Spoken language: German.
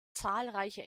zahlreiche